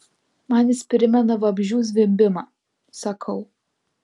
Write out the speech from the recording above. man jis primena vabzdžių zvimbimą sakau